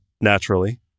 Naturally